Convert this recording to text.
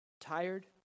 Tired